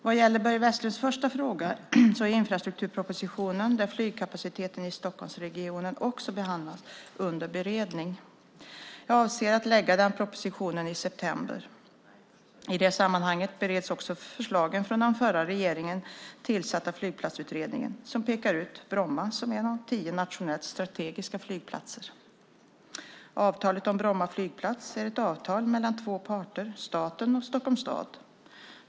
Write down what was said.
Vad gäller Börje Vestlunds första fråga, så är infrastrukturpropositionen, där flygkapaciteten i Stockholmsregionen också behandlas, under beredning. Jag avser att lägga fram den propositionen i september. I det sammanhanget bereds också förslagen från den av den förra regeringen tillsatta Flygplatsutredningen, som pekar ut Bromma som en av tio nationellt strategiska flygplatser. Avtalet om Bromma flygplats är ett avtal mellan två parter, staten och Stockholms stad.